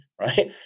Right